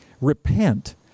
Repent